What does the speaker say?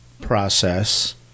process